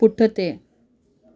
पुठिते